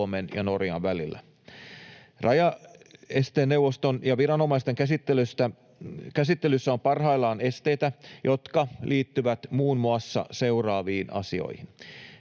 Suomen ja Norjan välillä. Rajaesteneuvoston ja viranomaisten käsittelyssä on parhaillaan esteitä, jotka liittyvät muun muassa seuraaviin asioihin: